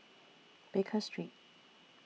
Baker Street